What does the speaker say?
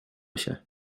się